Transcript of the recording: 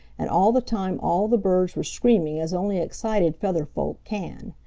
and all the time all the birds were screaming as only excited feathered folk can.